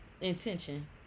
intention